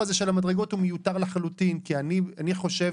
אנחנו יודעים טוב מאוד ממדעי הכלכלה שככל שההכנסה